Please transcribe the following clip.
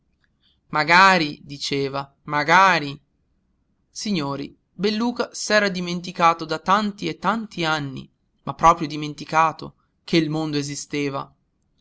magari diceva magari signori belluca s'era dimenticato da tanti e tanti anni ma proprio dimenticato che il mondo esisteva